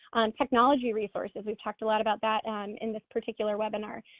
technology resources, we've talked a lot about that and in this particular webinar.